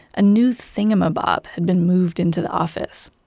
a new thingamabob had been moved into the office.